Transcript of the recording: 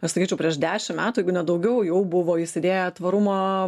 aš sakyčiau prieš dešim metų jeigu ne daugiau jau buvo įsidėję tvarumo